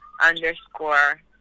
underscore